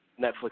Netflix